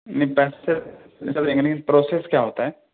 process کیا ہوتا ہے